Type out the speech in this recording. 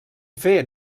fer